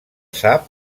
sap